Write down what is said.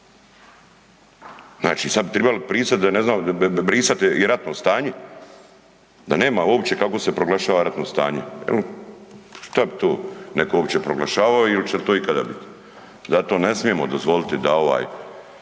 Znači sad bi tribali pristati da ne znam, brisati i ratno stanje da nema uopće kako se proglašava ratno stanje jer, šta bi to uopće netko proglašavao ili će to ikada biti. Zato ne smijemo dozvoliti da ovaj